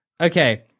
okay